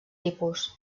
tipus